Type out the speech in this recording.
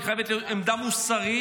היא חייבת להיות עמדה מוסרית: